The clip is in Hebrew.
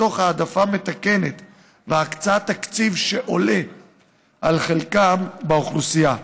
תוך העדפה מתקנת בהקצאת תקציב שעולה על חלקם באוכלוסייה.